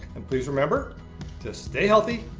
and please remember to stay healthy,